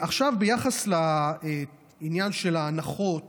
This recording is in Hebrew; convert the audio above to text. ביחס לעניין של ההנחות